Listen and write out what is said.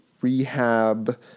rehab